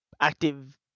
active